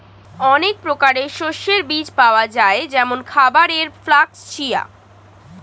অনেক প্রকারের শস্যের বীজ পাওয়া যায় যেমন খাবারের ফ্লাক্স, চিয়া